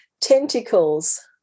tentacles